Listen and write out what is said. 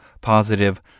positive